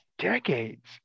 decades